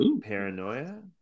Paranoia